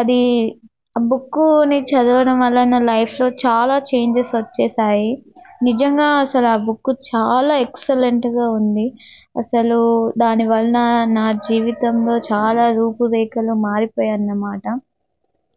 అది ఆ బుక్కుని చదవడం వల్ల నా లైఫ్లో చాలా చేంజెస్ వచ్చేసాయి నిజంగా అసలు ఆ బుక్కు చాలా ఎక్సలెంట్గా ఉంది అసలు దానివలన నా జీవితంలో చాలా రూపురేఖలు మారిపోయానమాట